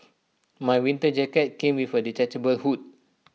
my winter jacket came with A detachable hood